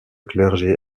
clergé